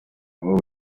ubu